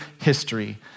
history